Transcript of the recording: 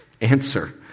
answer